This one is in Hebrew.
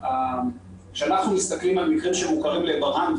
כשאנחנו מסתכלים על מקרים שמוכרים לברה"ן,